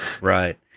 Right